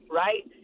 right